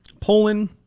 Poland